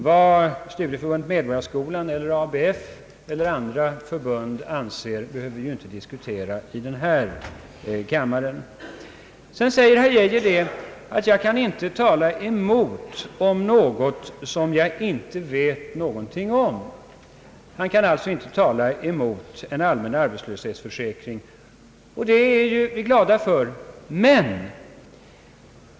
Vad Studieförbundet Medborgarskolan, ABF eller andra studieförbund anser behöver vi inte diskutera i denna kammare. Vidare säger herr Geijer att han inte kan tala emot någonting som han inte vet någonting om. Han kan alltså inte tala emot en allmän arbetslöshetsförsäkring, och det är vi glada för.